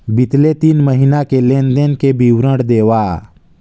बितले तीन महीना के लेन देन के विवरण देवा?